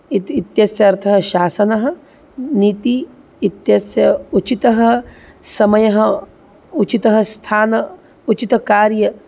इति इत्यस्यार्थः शासनः नीतिः इत्यस्य उचितः समयः उचितः स्थानम् उचितकार्यम्